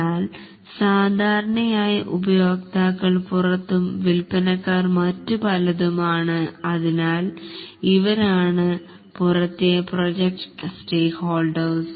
എന്നാൽ സാധാരണയായി ഉപയോക്താക്കൾ പുറത്തും വിൽപനക്കാർ മറ്റുപലതും ആണ് അതിനാൽ ഇവരാണ് പുറത്തെ പ്രോജക്ട് സ്റ്റേക്കഹോൾഡേഴ്സ്